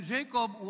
Jacob